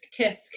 tisk